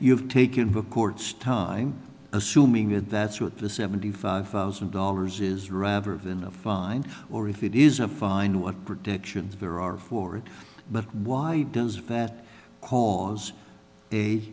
you've taken mccourt's time assuming with that's what the seventy five thousand dollars is rather than a fine or if it is a fine what protections there are for it but why does that cause